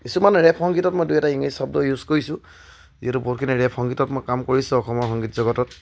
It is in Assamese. কিছুমান ৰেপ সংগীতৰ মই দুই এটা ইংলিছ শব্দ ইউজ কৰিছোঁ যিহেতু বহুতখিনি ৰেপ সংগীতত মই কাম কৰিছোঁ অসমৰ সংগীত জগতত